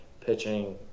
pitching